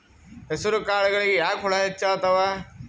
ಹೆಸರ ಕಾಳುಗಳಿಗಿ ಯಾಕ ಹುಳ ಹೆಚ್ಚಾತವ?